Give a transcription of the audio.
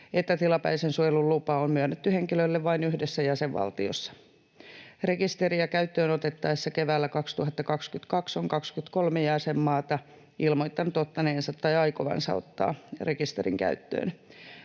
että tilapäisen suojelun lupa on myönnetty henkilölle vain yhdessä jäsenvaltiossa. Rekisteriä käyttöönotettaessa keväällä 2022 on 23 jäsenmaata ilmoittanut ottaneensa tai aikovansa ottaa rekisterin käyttöön.